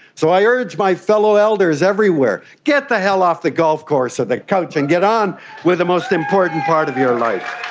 so i urge my fellow elders everywhere get the hell off the golf course or the couch and get on with the most important part of your life.